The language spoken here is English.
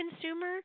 consumer